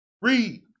Read